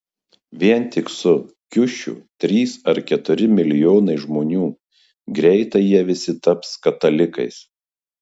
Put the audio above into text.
vien tik su kiušiu trys ar keturi milijonai žmonių greitai jie visi taps katalikais